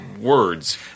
words